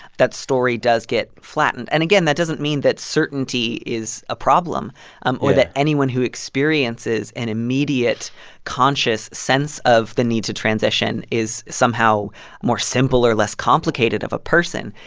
that story does get flattened. and again, that doesn't mean that certainty is a problem um or that anyone who experiences an immediate conscious sense of the need to transition is somehow more simple or less complicated of a person,